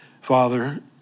Father